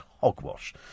hogwash